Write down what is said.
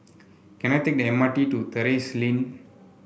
can I take the M R T to Terrasse Lane